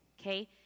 okay